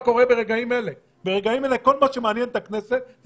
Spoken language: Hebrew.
ברגעים אלה כל מה שמעניין את הכנסת זה